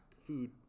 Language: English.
food